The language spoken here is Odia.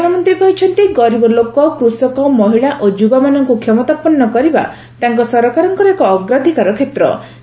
ପ୍ରଧାନମନ୍ତ୍ରୀ କହିଛନ୍ତି ଗରିବ ଲୋକ କୃଷକ ମହିଳା ଓ ଯୁବାମାନଙ୍କୁ କ୍ଷମତାପନ୍ନ କରିବା ତାଙ୍କ ସରକାରଙ୍କର ଏକ ଅଗ୍ରାଧକାର କ୍ଷେତ୍ର ରହିଛି